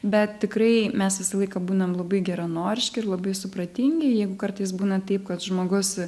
bet tikrai mes visą laiką būnam labai geranoriški ir labai supratingi jeigu kartais būna taip kad žmogus